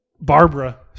Barbara